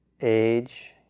age